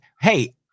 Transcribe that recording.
hey